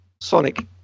sonic